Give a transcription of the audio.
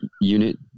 unit